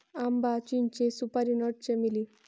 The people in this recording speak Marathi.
आंबा, चिंचे, सुपारी नट, चमेली